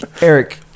Eric